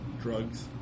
drugs